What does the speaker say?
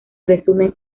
resumen